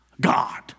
God